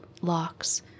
locks